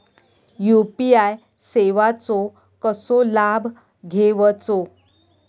UPI सेवाचो कसो लाभ घेवचो?